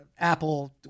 Apple